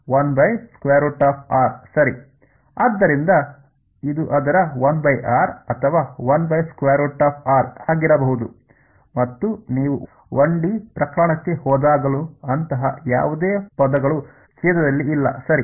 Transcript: ಸರಿ ಆದ್ದರಿಂದ ಇದು ಅದರ 1r ಅಥವಾ ಆಗಿರಬಹುದು ಮತ್ತು ನೀವು 1 D ಪ್ರಕರಣಕ್ಕೆ ಹೋದಾಗಲೂ ಅಂತಹ ಯಾವುದೇ ಪದಗಳು ಛೇದದಲ್ಲಿ ಇಲ್ಲ ಸರಿ